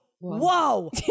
whoa